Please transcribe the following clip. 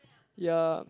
ya